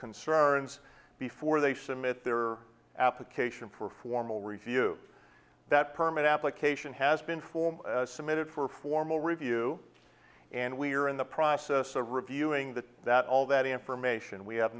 concerns before they submit their application for formal review that permit application has been form submitted for formal review and we are in the process of reviewing that that all that information we have